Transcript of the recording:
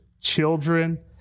children